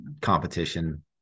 competition